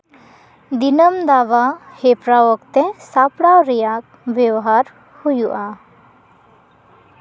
ᱫᱤᱱᱟᱹᱢ ᱫᱟᱵᱟ ᱦᱮᱯᱨᱟᱣ ᱚᱠᱛᱮ ᱥᱟᱯᱲᱟᱣ ᱨᱮᱭᱟᱜ ᱵᱮᱣᱦᱟᱨ ᱦᱩᱭᱩᱜᱼᱟ